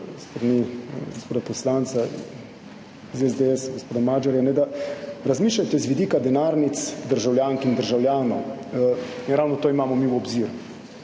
strani poslanca iz SDS, gospoda Magyarja, kajne, da razmišljajte z vidika denarnic državljank in državljanov in ravno to smo mi vzeli v obzir.